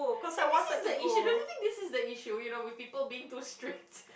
see this is the issue don't you think this is the issue you know with people being too strict